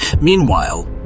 Meanwhile